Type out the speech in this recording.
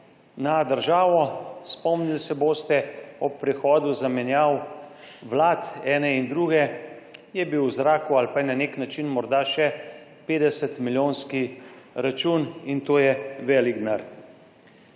na državo. Spomnili se boste, ob prehodu zamenjav vlad, ene in druge, je bil v zraku ali pa je na nek način morda še 50 milijonski račun in to je velik denar.